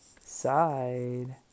side